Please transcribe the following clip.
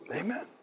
Amen